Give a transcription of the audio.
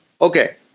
Okay